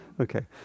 Okay